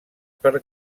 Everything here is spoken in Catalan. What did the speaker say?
per